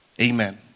Amen